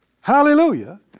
hallelujah